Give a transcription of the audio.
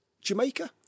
Jamaica